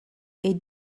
est